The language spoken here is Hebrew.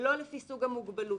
ולא לפי סוג המוגבלות.